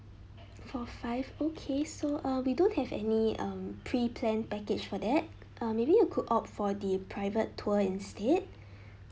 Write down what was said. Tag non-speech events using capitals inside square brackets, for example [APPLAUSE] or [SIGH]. for five okay so uh we don't have any um pre plan package for that um maybe we could opt for the private tour instead [BREATH]